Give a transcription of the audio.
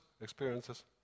experiences